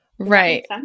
Right